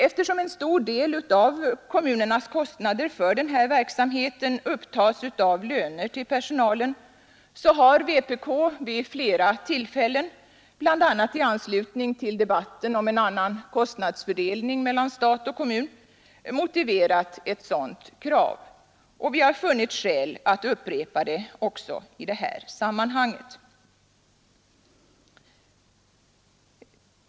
Eftersom en stor del av kommunernas kostnader för denna verksamhet upptas av löner till personalen, har vpk vid flera tillfällen, bl.a. i anslutning till debatten om en annan kostnadsfördelning mellan stat och kommun, motiverat ett sådant krav. Vi har funnit skäl att upprepa det också i det här sammanhanget.